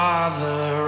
Father